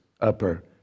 upper